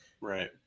Right